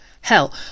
Hell